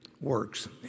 works